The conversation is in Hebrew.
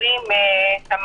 -- הביומטריים,